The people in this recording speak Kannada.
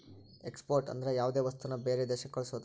ಎಕ್ಸ್ಪೋರ್ಟ್ ಅಂದ್ರ ಯಾವ್ದೇ ವಸ್ತುನ ಬೇರೆ ದೇಶಕ್ ಕಳ್ಸೋದು